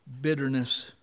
Bitterness